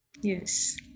yes